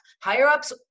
Higher-ups